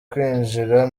kwinjira